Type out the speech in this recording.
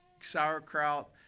sauerkraut